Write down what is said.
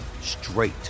straight